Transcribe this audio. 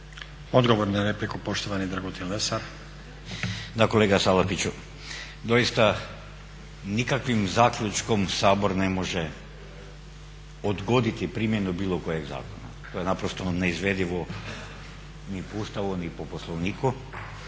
(Hrvatski laburisti - Stranka rada)** Da kolega Salapiću. Doista nikakvim zaključkom Sabor ne može odgoditi primjenu bilo kojeg zakona. To je naprosto neizvedivo ni po Ustavu ni po Poslovniku